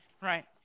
Right